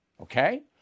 Okay